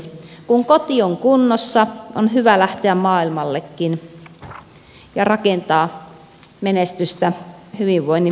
kun koti on kunnossa on hyvä lähteä maailmallekin ja rakentaa menestystä hyvinvoinnin perustalle